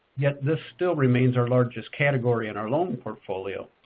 yet this still remains our largest category in our loan portfolio.